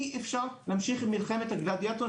אי אפשר להמשיך את מלחמת הגלדיאטורים,